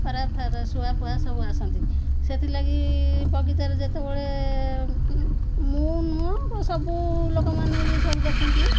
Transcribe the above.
ପାରା ଫାରା ଶୁଆ ଫୁଆ ସବୁ ଆସନ୍ତି ସେଥିଲାଗି ବଗିଚାରେ ଯେତେବେଳେ ମୁଁ ନୁହଁ ସବୁ ଲୋକମାନେ ବି ସବୁ ଦେଖନ୍ତି